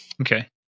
Okay